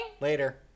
Later